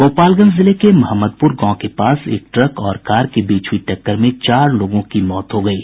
गोपालगंज जिले के महम्मदपुर गांव के पास एक ट्रक और कार के बीच हुई टक्कर में चार लोगों की मौत हो गयी